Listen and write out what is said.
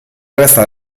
resta